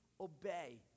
obey